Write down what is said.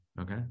Okay